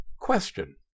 Question